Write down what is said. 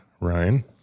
Ryan